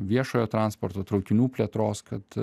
viešojo transporto traukinių plėtros kad